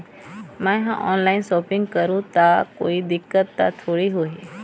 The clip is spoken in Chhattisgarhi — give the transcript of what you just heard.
मैं हर ऑनलाइन शॉपिंग करू ता कोई दिक्कत त थोड़ी होही?